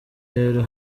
rero